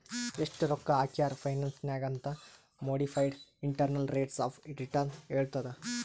ಎಸ್ಟ್ ರೊಕ್ಕಾ ಹಾಕ್ಯಾರ್ ಫೈನಾನ್ಸ್ ನಾಗ್ ಅಂತ್ modified internal rates of return ಹೇಳತ್ತುದ್